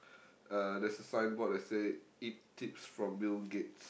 uh there's a signboard that say eight tips from Bill-Gates